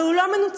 אבל הוא לא מנוצל,